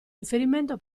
riferimento